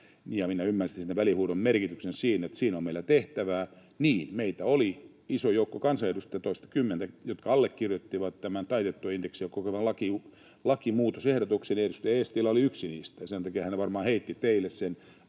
minä ymmärsin sen välihuudon merkityksen siinä niin, että siinä on meillä tehtävää. Niin, meitä oli iso joukko kansanedustajia, toistakymmentä, jotka allekirjoittivat tämän taitettua indeksiä koskevan lakimuutosehdotuksen, ja edustaja Eestilä oli yksi niistä. Sen takia hän varmaan heitti teille sen.